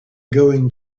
going